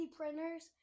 printers